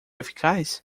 eficaz